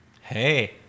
hey